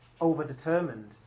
overdetermined